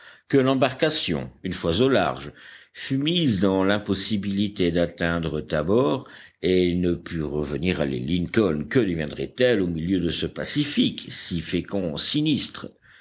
que l'embarcation une fois au large fût mise dans l'impossibilité d'atteindre tabor et ne pût revenir à l'île lincoln que deviendrait-elle au milieu de ce pacifique si fécond en sinistres